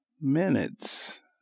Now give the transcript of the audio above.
minutes